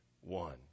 one